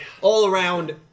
all-around